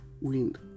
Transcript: wind